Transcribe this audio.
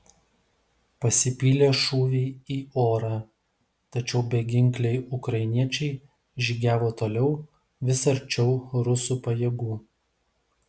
pasipylė šūviai į orą tačiau beginkliai ukrainiečiai žygiavo toliau vis arčiau rusų pajėgų